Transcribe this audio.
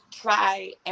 try